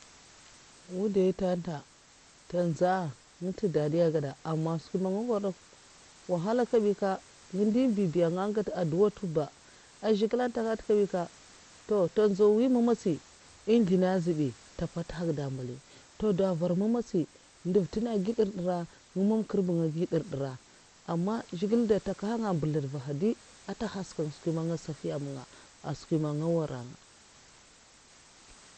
Wudain ntènta ntè mza nga ntu dadi ègèda aman nga ngwoda dè kw nga ngat addua mtu da zhigilè ntèkhyata kabinnka ngidè kyèkyè azhè ntè ngala gèd, ntè nfwud wandawa mah mvazhi ntè gi mèmèmè nga ndè gra ntè thud ngwa nga nhada mah ngisak agi ncèw aghèy makar'nga gi nkashdi wudaisata ntè ngal ndègèd pap pas ka mbubi zhigilè mwoya bi mvugwa mpènnga man dow sha'a toh ah babgi ngidènkyèkha èhn mpèrtè wudhahi ata da shat'gèèdhis' duka a. an shat gèd man ntè gèdtè sata nga ba nga gi murna anga gi nfarin chiki daman ndo ndèl ndo, nod ndèl ngèd kabai aman wudhain'nga kam man nga gadat s'kam mafinyawa ntè ntènna'a